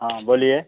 हाँ बोलिए